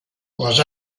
les